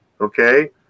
Okay